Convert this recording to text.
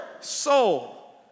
soul